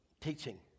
teaching